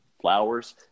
Flowers